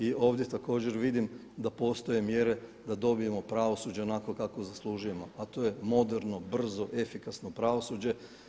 I ovdje također vidim da postoje mjere da dobijemo pravosuđe onakvo kakvo zaslužujemo, a to je moderno, brzo, efikasno pravosuđe.